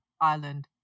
island